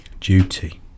duty